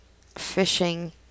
fishing